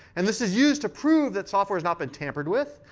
and this is used to prove that software has not been tampered with.